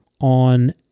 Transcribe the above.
on